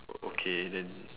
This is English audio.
okay then